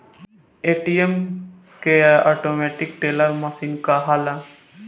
ATM के automatic teller machine कहाला